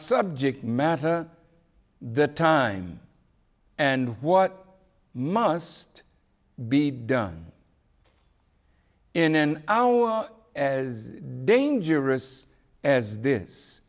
subject matter the time and what must be done in an hour as dangerous as this